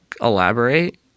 elaborate